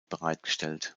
bereitgestellt